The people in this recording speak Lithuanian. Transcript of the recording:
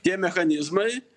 tie mechanizmai